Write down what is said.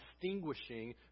distinguishing